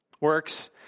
Works